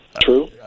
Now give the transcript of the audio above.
true